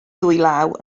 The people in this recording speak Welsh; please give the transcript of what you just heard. ddwylaw